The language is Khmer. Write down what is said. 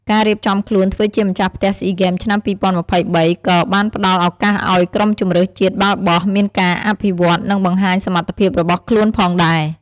ការរៀបចំខ្លួនធ្វើជាម្ចាស់ផ្ទះស៊ីហ្គេមឆ្នាំ ២០២៣ ក៏បានផ្តល់ឱកាសឱ្យក្រុមជម្រើសជាតិបាល់បោះមានការអភិវឌ្ឍន៍ និងបង្ហាញសមត្ថភាពរបស់ខ្លួនផងដែរ។